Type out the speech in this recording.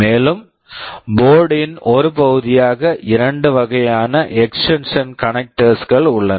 மேலும் board board ன் ஒரு பகுதியாக இரண்டு வகையான எக்ஸ்டென்ஷன் கனக்டர்ஸ் extension connectors கள் உள்ளன